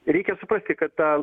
reikia suprasti kad tą